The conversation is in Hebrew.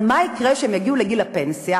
אבל מה יקרה כשהם יגיעו לגיל הפנסיה,